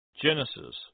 Genesis